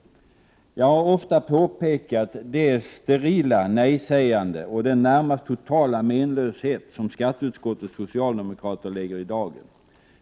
Jag har ofta påtalat det sterila nej-sägande och den närmast totala menlöshet som skatteutskottets socialdemokrater lägger i dagen.